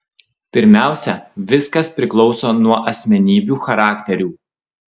pirmiausia viskas priklauso nuo asmenybių charakterių